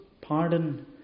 pardon